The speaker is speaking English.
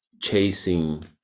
chasing